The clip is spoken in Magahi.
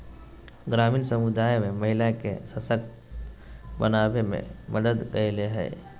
ग्रामीण समुदाय में महिला के सशक्त बनावे में मदद कइलके हइ